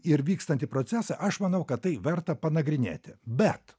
ir vykstantį procesą aš manau kad tai verta panagrinėti bet